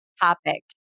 topic